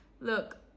look